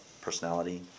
personality